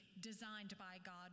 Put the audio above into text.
designed-by-God